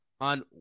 on